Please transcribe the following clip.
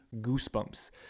goosebumps